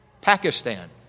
Pakistan